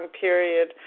period